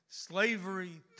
Slavery